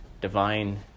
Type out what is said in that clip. divine